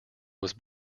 was